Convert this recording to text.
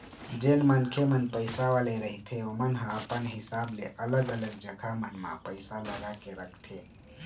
जेन मनखे मन पइसा वाले रहिथे ओमन ह अपन हिसाब ले अलग अलग जघा मन म पइसा लगा के रखथे